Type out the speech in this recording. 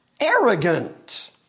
arrogant